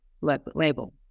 label